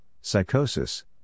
psychosis